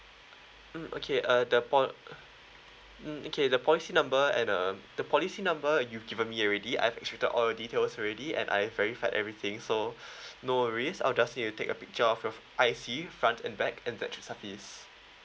mm okay uh the po~ mm okay the policy number and uh the policy number you given me already I've checked all your details already and I've verified everything so no worries I'll just need you take a picture of your I_C front and back and that would suffice